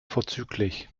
vorzüglich